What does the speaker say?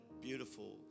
beautiful